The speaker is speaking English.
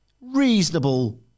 reasonable